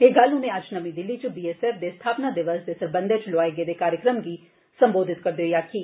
एह् गल्ल उनें अज्ज नमीं दिल्ली च बीएसएफ दे स्थापन दिवस सरबंधें च लोआए गेदे कार्यक्रम गी संबोधत करदे होई आक्खी